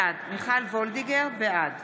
בעד